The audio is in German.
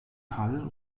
hall